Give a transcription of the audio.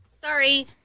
Sorry